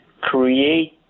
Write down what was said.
create